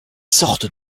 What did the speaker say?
sortent